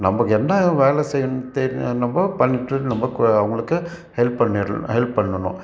நம்பளுக்கு என்ன வேலை செய்யணும் தெரிஞ்சதென்னவோ பண்ணி விட்டுட்டு நம்ம கு அவங்களுக்கு ஹெல்ப் பண்ணிடணும் ஹெல்ப் பண்ணணும்